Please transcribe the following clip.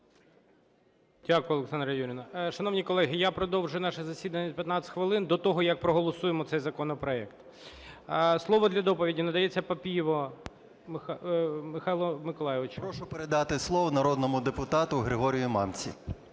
Дякую, Олександра Юріївна. Шановні колеги, я продовжу наше засідання на 15 хвилин, до того, як проголосуємо цей законопроект. Слово для доповіді надається Папієву Михайлу Миколайовичу. 13:56:56 ПАПІЄВ М.М. Прошу передати слово народному депутату Григорію Мамці.